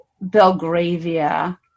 Belgravia